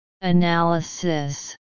Analysis